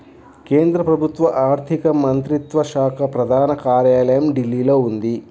కేంద్ర ప్రభుత్వ ఆర్ధిక మంత్రిత్వ శాఖ ప్రధాన కార్యాలయం ఢిల్లీలో ఉంది